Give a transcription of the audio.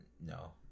no